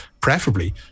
preferably